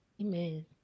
Amen